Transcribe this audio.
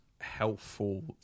helpful